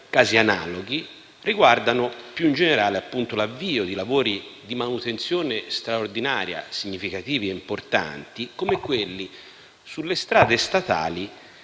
casi analoghi - riguarda l'avvio di lavori di manutenzione straordinaria significativi e importanti come quelli sulle strade statali